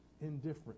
indifferent